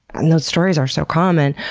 and those stories are so common.